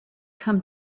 come